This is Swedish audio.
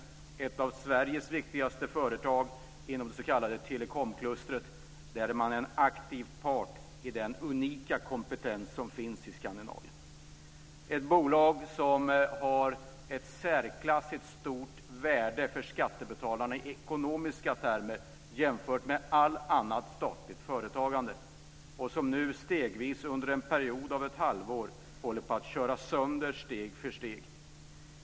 Det är ett av Sveriges viktigaste företag inom det s.k. telekomklustret, där man är en aktiv part i den unika kompetens som finns i Skandinavien. Det är ett bolag som har ett särklassigt stort värde för skattebetalarna i ekonomiska termer jämfört med allt annat statligt företagande och som nu stegvis under en period av ett halvår håller på att köras sönder steg för steg.